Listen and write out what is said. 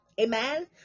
amen